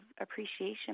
appreciation